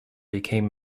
became